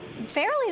fairly